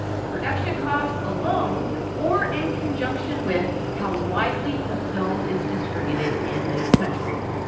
production costs alone or in conjunction with how widely a film is distributed in this country.